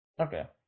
Okay